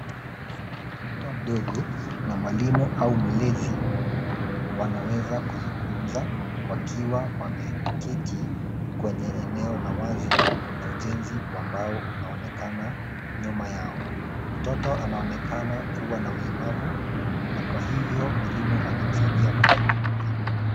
Mtoto mdogo na mwalimu au mlezi wanaweza kuzungumza wakiwa wameketi kwenye eneo la wazina ujenzi wa mbao unaonekana nyuna yao. Mtoto anaonekana kuwa na ulemavu na kwa hivyo mwalimu anamsaidia kuzungumza.